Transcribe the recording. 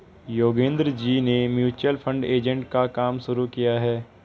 योगेंद्र जी ने mutual fund agent का काम शुरू किया है